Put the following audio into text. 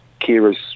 Kira's